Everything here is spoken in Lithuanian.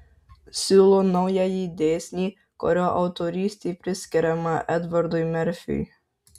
siūlo naująjį dėsnį kurio autorystė priskiriama edvardui merfiui